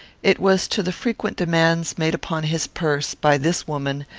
it was to the frequent demands made upon his purse, by this woman,